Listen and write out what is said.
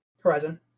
Horizon